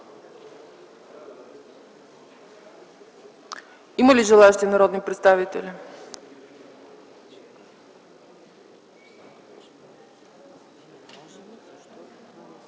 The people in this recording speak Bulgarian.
Има ли желаещи народни представители?